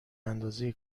اندازه